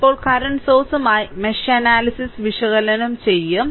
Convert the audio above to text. ഇപ്പോൾ കറന്റ് സോഴ്സുമായി mesh analysis വിശകലനം ചെയ്യും